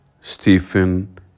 Stephen